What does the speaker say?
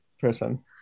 person